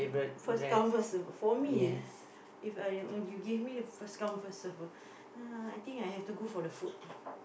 first come first serve for me If I you give me the first come first serve [ah]I think I have to go for the food